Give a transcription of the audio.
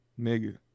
nigga